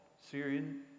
Syrian